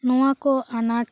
ᱱᱚᱣᱟ ᱠᱚ ᱟᱱᱟᱴ